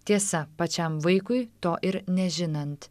tiesa pačiam vaikui to ir nežinant